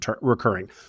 recurring